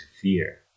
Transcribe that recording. fear